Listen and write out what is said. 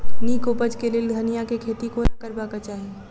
नीक उपज केँ लेल धनिया केँ खेती कोना करबाक चाहि?